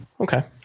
Okay